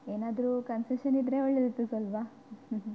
ಏನಾದರು ಕನ್ಸೆಷನ್ ಇದ್ದರೆ ಒಳ್ಳೆಯದಿತ್ತು ಸ್ವಲ್ಪ